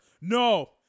no